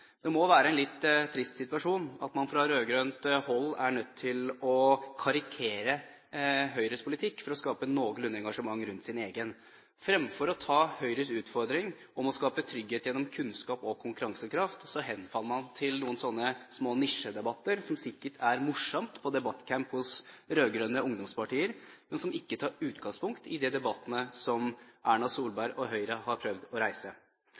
Det må være en litt trist situasjon at man fra rød-grønt hold er nødt til å karikere Høyres politikk for å skape noenlunde engasjement rundt sin egen. Fremfor å ta Høyres utfordring om å skape trygghet gjennom kunnskap og konkurransekraft henfaller man til noen sånne små nisjedebatter som sikkert er morsomt på debatt-camp hos rød-grønne ungdomspartier, men som ikke tar utgangspunkt i de debattene som Erna Solberg og Høyre har prøvd å reise.